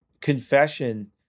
confession